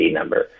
number